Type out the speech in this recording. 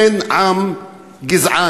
אין עם גזען,